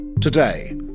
Today